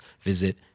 visit